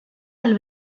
del